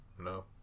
no